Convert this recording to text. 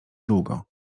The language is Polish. długo